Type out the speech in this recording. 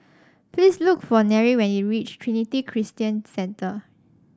please look for Nery when you reach Trinity Christian Centre